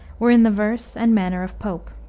were in the verse and manner of pope.